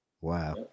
Wow